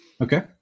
Okay